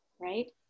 right